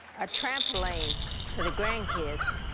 a trampoline for the grandkids.